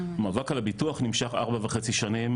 המאבק על הביטוח נמשך ארבע וחצי שנים